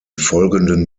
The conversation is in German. folgenden